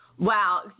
Wow